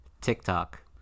tiktok